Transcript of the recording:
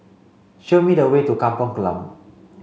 show me the way to Kampung Glam